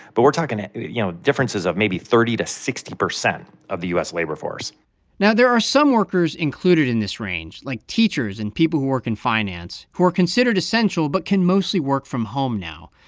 but we're talking, you know, differences of maybe thirty to sixty percent of the u s. labor force now, there are some workers included in this range, like teachers and people who work in finance, who are considered essential but can mostly work from home now.